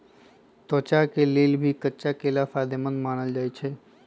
त्वचा के लेल भी कच्चा केला फायेदेमंद मानल जाई छई